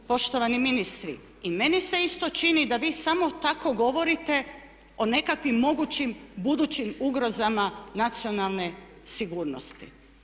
Poštovani ministri i meni se isto čini da vi samo tako govorite o nekakvim mogućim budućim ugrozama nacionalne sigurnosti.